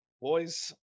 Boys